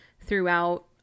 throughout